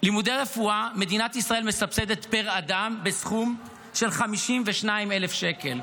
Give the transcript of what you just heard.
פר אדם מדינת ישראל מסבסדת לימודי רפואה בסכום של כ-52,000 שקל.